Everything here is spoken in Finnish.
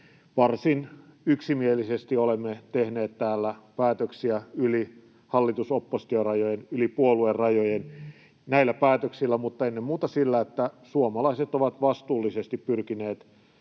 varsin yksimielisesti olemme tehneet täällä päätöksiä yli hallitus—oppositiorajojen, yli puoluerajojen. Näillä päätöksillä, mutta ennen muuta sillä, että suomalaiset ovat vastuullisesti pyrkineet